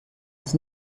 das